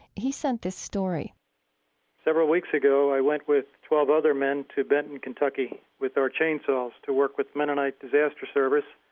he sent this story several weeks ago i went with twelve other men to benton, kentucky, with our chainsaws to work with mennonite disaster service,